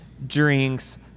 Drinks